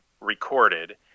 recorded